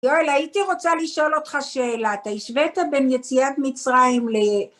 יואל, הייתי רוצה לשאול אותך שאלה. אתה השווית בין יציאת מצרים ל...